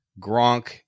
Gronk